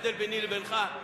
ההבדל ביני לבינך,